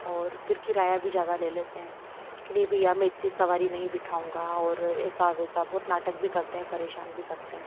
और फिर किराया भी ज़्यादा ले लेते हैं कि नहीं भइया मैं इतनी सवारी नहीं बिठाऊँगा और ऐसा वैसा बहुत नाटक भी करते हैं परेशान भी करते हैं